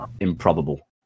improbable